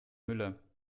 müller